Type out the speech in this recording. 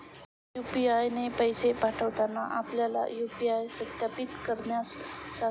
UPI ने पैसे पाठवताना आपल्याला यू.पी.आय सत्यापित करण्यास सांगेल